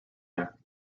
there